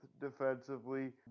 defensively